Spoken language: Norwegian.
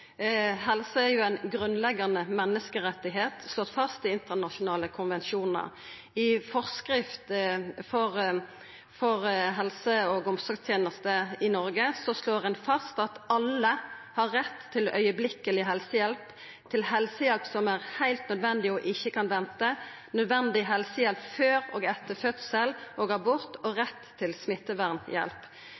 Helse er jo ein grunnleggjande menneskerett som er slått fast i internasjonale konvensjonar. I forskrift om rett til helse- og omsorgstenester i Noreg slår ein fast at alle har rett til omgåande helsehjelp, til helsehjelp som er heilt nødvendig og ikkje kan venta, til nødvendig helsehjelp før og etter fødsel og abort og til smittevernhjelp.